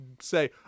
say